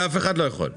לאף אחד אתה לא יכול.